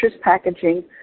packaging